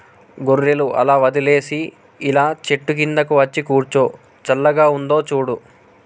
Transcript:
గొర్రెలు అలా వదిలేసి ఇలా చెట్టు కిందకు వచ్చి కూర్చో చల్లగా ఉందో చూడు